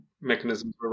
mechanisms